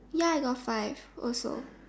ya I got five also